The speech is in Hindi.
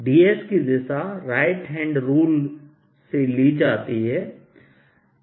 dS की दिशा राइट हैंड रूल से ली जाती है